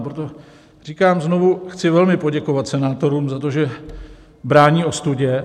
Proto říkám znovu, chci velmi poděkovat senátorům za to, že brání ostudě.